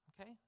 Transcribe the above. Okay